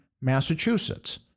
massachusetts